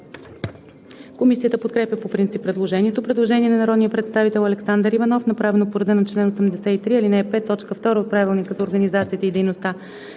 Комисията подкрепя по принцип предложението. Предложение на народния представител Александър Иванов, направено по реда на чл. 83, ал. 5, т. 2 от Правилника за организацията и дейността